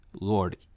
Lord